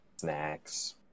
snacks